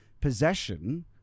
possession